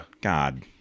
God